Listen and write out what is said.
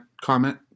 comment